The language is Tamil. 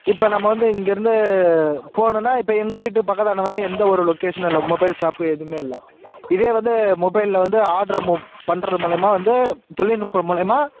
இப்போ நம்ம வந்து இங்கிருந்து போகணுன்னா இப்போ எங்கள் வீட்டுக்கு பக்கத்தாண்ட வந்து எந்த ஒரு லொக்கேஷனு மொபைல் ஷாப்பு எதுவுமே இல்லை இதே வந்து மொபைலில் வந்து ஆட்ரு பண்ணுறது மூலிமா வந்து தொழில்நுட்பம் மூலிமா